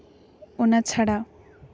ᱚᱱᱟ ᱪᱷᱟᱲᱟ